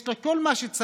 יש לה כל מה שצריך,